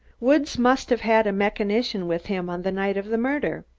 woods must have had a mechanician with him on the night of the murder.